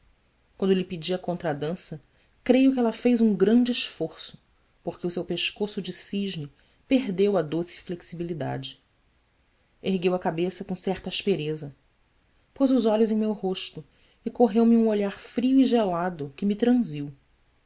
o rosto quando lhe pedi a contradança creio que ela fez um grande esforço porque o seu pescoço de cisne perdeu a doce flexibilidade ergueu a cabeça com certa aspereza pôs os olhos em meu rosto e correu me um olhar frio e gelado que me transiu